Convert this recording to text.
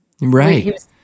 right